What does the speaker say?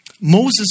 Moses